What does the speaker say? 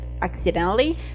accidentally